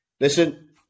Listen